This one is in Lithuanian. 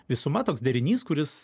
visuma toks derinys kuris